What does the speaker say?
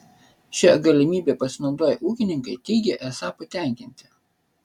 šia galimybe pasinaudoję ūkininkai teigia esą patenkinti